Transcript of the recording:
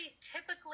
typically